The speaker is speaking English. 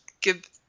give